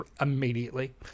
immediately